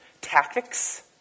Tactics